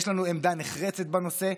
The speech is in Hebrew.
יש לנו עמדה נחרצת בנושא,